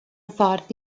ffordd